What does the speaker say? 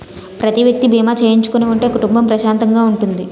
ప్రతి వ్యక్తి బీమా చేయించుకుని ఉంటే కుటుంబం ప్రశాంతంగా ఉంటుంది